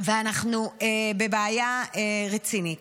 ואנחנו בבעיה רצינית.